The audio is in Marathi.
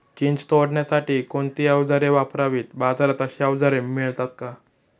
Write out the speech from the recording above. चिंच तोडण्यासाठी कोणती औजारे वापरावीत? बाजारात अशी औजारे मिळतात का?